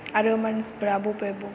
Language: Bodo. आरो मानसिफ्रा बबे बबे